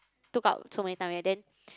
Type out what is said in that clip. took out so many times already then